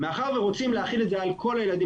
מאחר ורוצים להחיל את זה על כל הילדים